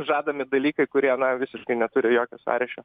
žadami dalykai kurie na visiškai neturiu jokio sąryšio